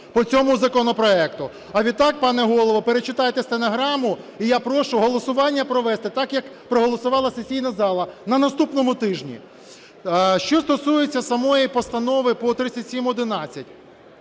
а відтак, пане Голово, перечитайте стенограму, і я прошу голосування провести так, як проголосувала сесійна зала – на наступному тижні. Що стосується самої постанови по 3711,